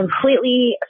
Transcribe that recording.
completely